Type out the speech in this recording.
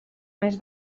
més